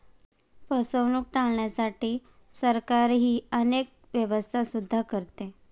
फसवणूक टाळण्यासाठी सरकारही अनेक व्यवस्था सुद्धा करते